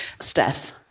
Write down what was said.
Steph